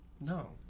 No